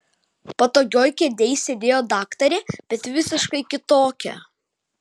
patogioj kėdėj sėdėjo daktarė bet visiškai kitokia